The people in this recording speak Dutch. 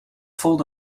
voelde